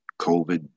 COVID